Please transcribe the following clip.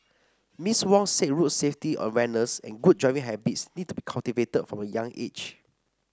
Miss Wong said road safety awareness and good driving habits need to be cultivated from a young age